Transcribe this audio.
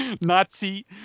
Nazi